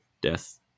death